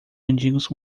mendigos